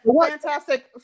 fantastic